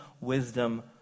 wisdom